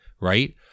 right